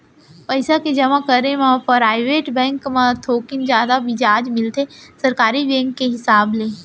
पइसा के जमा करे म पराइवेट बेंक म थोकिन जादा बियाज मिलथे सरकारी बेंक के हिसाब ले